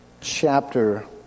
chapter